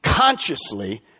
Consciously